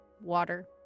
water